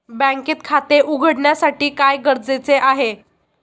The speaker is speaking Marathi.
बँकेत खाते उघडण्यासाठी काय गरजेचे आहे?